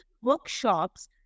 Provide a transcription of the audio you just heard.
workshops